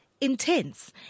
intense